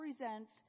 represents